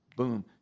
boom